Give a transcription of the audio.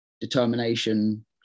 determination